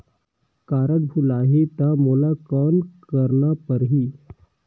Card भुलाही ता मोला कौन करना परही?